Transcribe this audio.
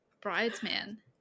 bridesman